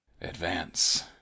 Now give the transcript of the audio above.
advance